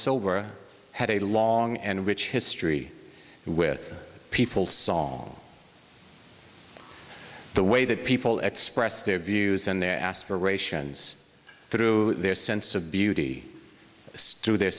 were had a long and rich history with people song the way that people express their views and their aspirations through their sense of beauty stew their